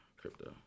crypto